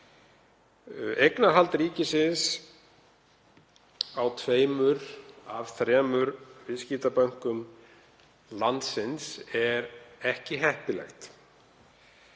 Eignarhald ríkisins á tveimur af þremur viðskiptabönkum landsins er ekki heppilegt.